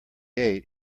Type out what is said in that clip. eight